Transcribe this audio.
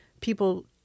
people